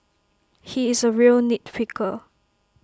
he is A real nit picker